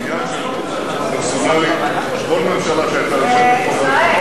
בעניין הפרסונלי, כל ממשלה שהיתה יושבת פה, ישראל,